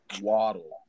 Waddle